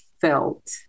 felt